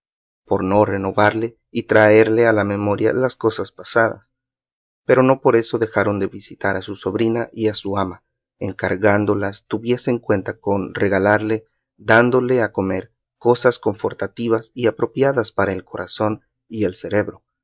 por no renovarle y traerle a la memoria las cosas pasadas pero no por esto dejaron de visitar a su sobrina y a su ama encargándolas tuviesen cuenta con regalarle dándole a comer cosas confortativas y apropiadas para el corazón y el celebro